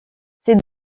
ces